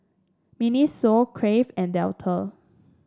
Miniso Crave and Dettol